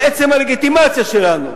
על עצם הלגיטימציה שלנו,